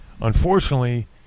Unfortunately